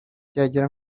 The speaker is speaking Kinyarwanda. byagera